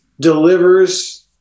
delivers